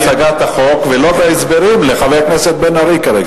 תתמקד בהצגת החוק ולא בהסברים לחבר הכנסת בן-ארי כרגע.